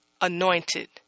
anointed